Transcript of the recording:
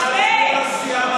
אה, חרדים זה לא, מה קרה?